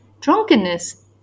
Drunkenness